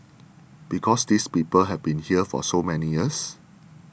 because these people have been here for so many years